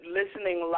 listening